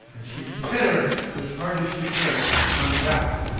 and she hit her as hard as she could on the back.